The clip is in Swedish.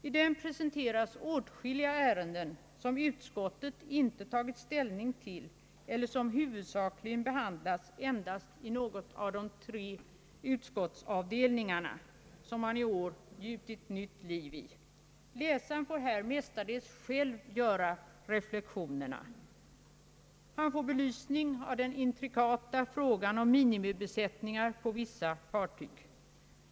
I den presenteras åtskilliga ärenden som utskottet inte tagit ställning till eller som huvudsakligen behandlats endast i något av de tre utskottsavdelningarna som man i år gjutit nytt liv i. Läsaren får här mestadels själv göra reflexionerna. Han får belysning av den intrikata frågan om minimibesättningen på vissa fartyg.